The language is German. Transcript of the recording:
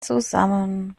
zusammen